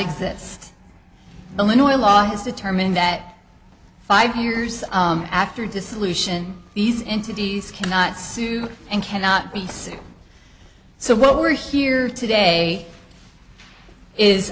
exist illinois law has determined that five years after dissolution these entities cannot sue and cannot be sick so what we're here today is